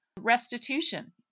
Restitution